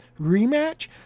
Rematch